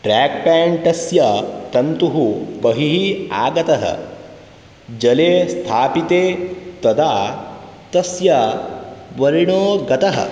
ट्राक्पेण्टस्य तन्तुः बहिः आगतः जले स्थापिते तदा तस्य वर्णो गतः